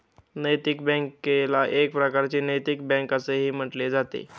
नैतिक बँकेला एक प्रकारची नैतिक बँक असेही म्हटले जाते